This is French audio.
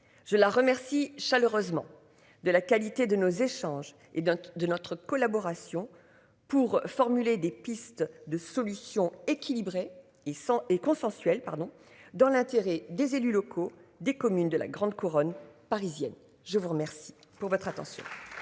Je la remercie chaleureusement de la qualité de nos échanges et donc de notre collaboration pour formuler des pistes de solutions équilibrées et sans et consensuel pardon dans l'intérêt des élus locaux des communes de la grande couronne parisienne. Je vous remercie pour votre attention.